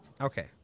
Okay